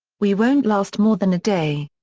we won't last more than a day.